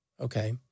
okay